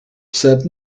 said